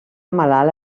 malalt